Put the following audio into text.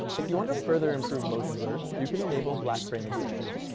if you want to further improve motion blur, you can enable black frame insertion.